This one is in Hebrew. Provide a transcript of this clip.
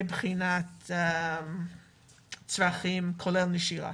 מבחינת הצרכים כולל נשירה.